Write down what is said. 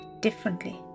differently